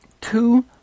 Two